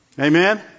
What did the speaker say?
Amen